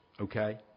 okay